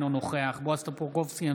אינו נוכח בועז טופורובסקי,